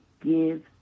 give